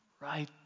right